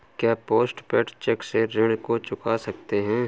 क्या post paid cheque से ऋण को चुका सकते हैं?